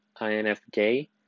INFJ